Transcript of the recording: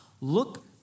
Look